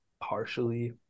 partially